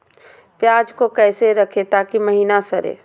प्याज को कैसे रखे ताकि महिना सड़े?